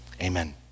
Amen